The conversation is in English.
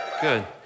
Good